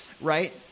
right